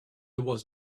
was